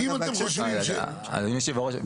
אדוני היושב-ראש,